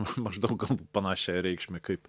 maždaug panašią reikšmę kaip